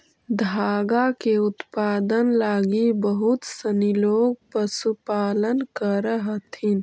धागा के उत्पादन लगी बहुत सनी लोग पशुपालन करऽ हथिन